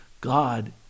God